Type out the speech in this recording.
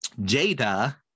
Jada